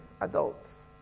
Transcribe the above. adults